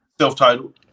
self-titled